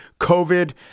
COVID